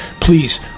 Please